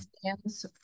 stands